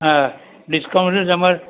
હા ડિકાઉન્ટ જો તમારે